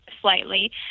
slightly